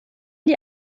die